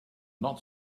not